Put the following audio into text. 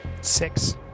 Six